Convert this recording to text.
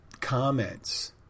comments